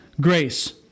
grace